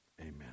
amen